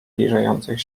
zbliżających